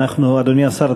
אדוני השר,